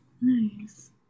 nice